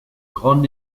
grandes